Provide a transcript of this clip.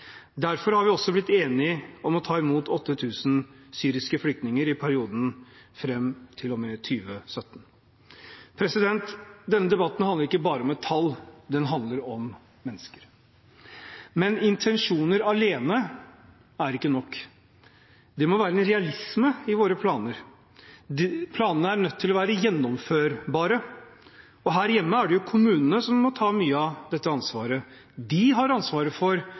Derfor har vi også blitt enige om å ta imot 8 000 syriske flyktninger i perioden fram til og med 2017. Denne debatten handler ikke bare om et tall, den handler om mennesker. Men intensjoner alene er ikke nok. Det må være en realisme i våre planer – planene er nødt til å være gjennomførbare. Her hjemme er det jo kommunene som må ta mye av dette ansvaret. De har ansvaret for